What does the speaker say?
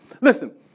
Listen